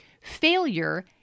Failure